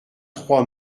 trois